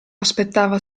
aspettava